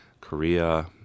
Korea